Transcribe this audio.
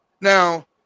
Now